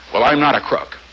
but i'm not a crook.